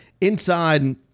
inside